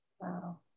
Wow